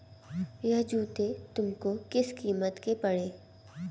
यह जूते तुमको किस कीमत के पड़े?